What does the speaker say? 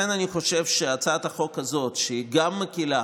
אני חושב שהצעת החוק הזאת גם מקילה